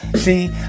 See